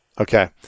Okay